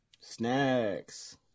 Snacks